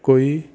ਕੋਈ